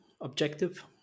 objective